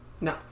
No